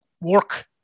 work